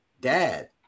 dad